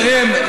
חברים,